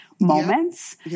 moments